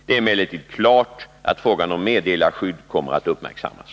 Det är emellertid klart att frågan om meddelarskydd kommer att uppmärksammas.